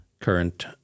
current